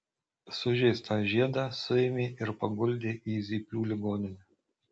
sužeistą žiedą suėmė ir paguldė į zyplių ligoninę